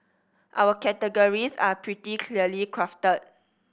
our categories are pretty clearly crafted